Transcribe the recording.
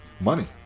money